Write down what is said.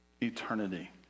eternity